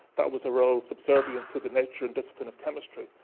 that was a role subservient to the nature and discipline of chemistry,